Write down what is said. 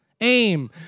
Aim